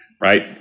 right